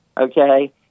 okay